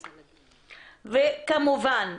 כמובן,